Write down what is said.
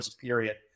period